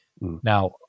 Now